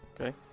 Okay